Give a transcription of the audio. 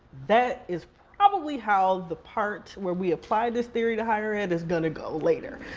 that is probably how the part where we apply this theory to higher ed is gonna go later.